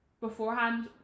beforehand